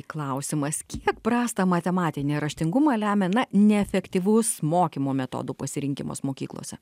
klausimas kiek prastą matematinį raštingumą lemia na neefektyvus mokymo metodų pasirinkimas mokyklose